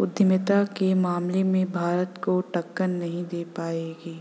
उद्यमिता के मामले में भारत को टक्कर नहीं दे पाएंगे